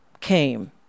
came